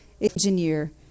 engineer